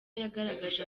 yagaragaje